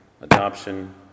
adoption